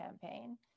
campaign